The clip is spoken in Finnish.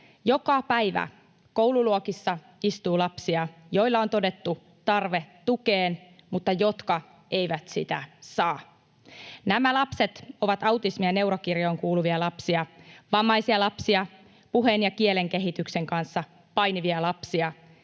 Joka päivä koululuokissa istuu lapsia, joilla on todettu tarve tukeen mutta jotka eivät sitä saa. Nämä lapset ovat autismi- ja neurokirjoon kuuluvia lapsia, vammaisia lapsia, puheen ja kielen kehityksen kanssa painivia lapsia